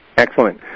Excellent